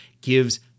gives